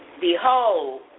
Behold